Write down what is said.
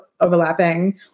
overlapping